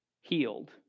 healed